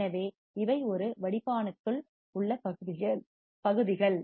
எனவே இவை ஒரு வடிப்பானுக்குள் உள்ள பகுதிகள்